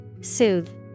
Soothe